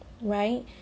right